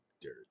dirt